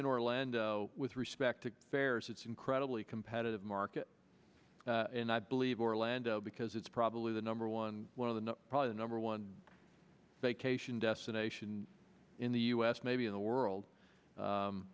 in orlando with respect to fares it's incredibly competitive market and i believe orlando because it's probably the numb for one one of the probably the number one vacation destination in the us maybe in the world